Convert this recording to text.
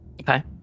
Okay